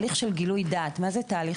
כדי שהתהליך